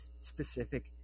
specific